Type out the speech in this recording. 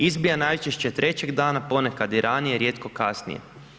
Izbija najčešće trećeg dana, ponekad i ranije, rijetko kasnije.